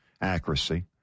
accuracy